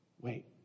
Wait